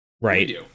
Right